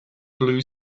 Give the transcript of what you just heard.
blue